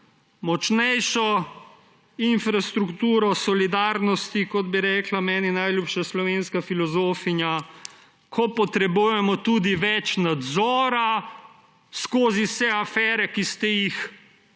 močnejšo infrastrukturo solidarnosti, kot bi rekla meni najljubša slovenska filozofinja, ko potrebujemo tudi več nadzora skozi vse afere, ki ste jih